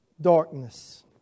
darkness